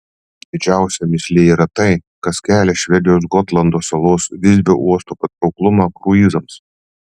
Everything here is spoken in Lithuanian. didžiausia mįslė yra tai kas kelia švedijos gotlando salos visbio uosto patrauklumą kruizams